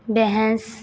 ਬਹਿਸ